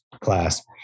class